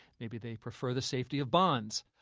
maybe they prefer the safety of bonds.